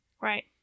Right